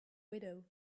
widow